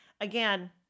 Again